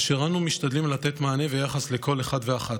ואנו משתדלים לתת מענה ויחס לכל אחד ואחת.